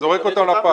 זורק אותן לפח.